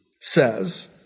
says